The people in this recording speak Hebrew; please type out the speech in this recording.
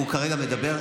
הוא כרגע מדבר.